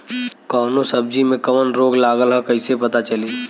कौनो सब्ज़ी में कवन रोग लागल ह कईसे पता चली?